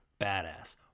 badass